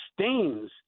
stains